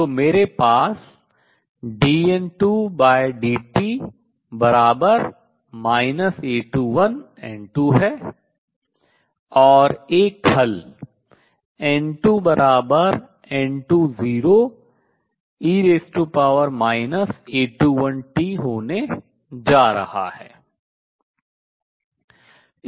तो मेरे पास dN2dt बराबर A21 N2 है और एक हल N2 N20 e A21t होने जा रहा है